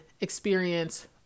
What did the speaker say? experience